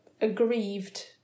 aggrieved